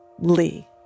Lee